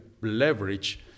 leverage